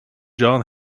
john